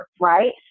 right